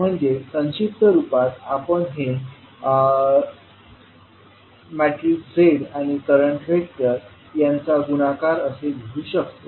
म्हणजे संक्षिप्त रूपात आपण हे z आणि करंट व्हेक्टर यांचा गुणाकार असे लिहू शकतो